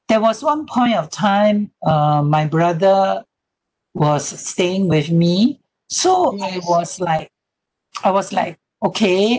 there was one point of time uh my brother was staying with me so I was like I was like okay